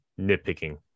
nitpicking